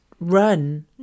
run